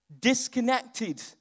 disconnected